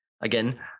again